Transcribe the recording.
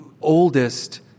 oldest